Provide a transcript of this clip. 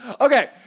Okay